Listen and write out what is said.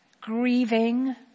grieving